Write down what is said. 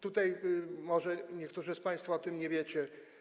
Tutaj może niektórzy z państwa o tym nie wiecie.